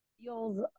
feels